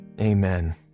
amen